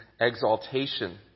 exaltation